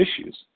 issues